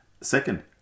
Second